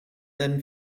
then